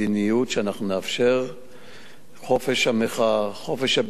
שאנחנו נאפשר חופש מחאה, חופש ביטוי,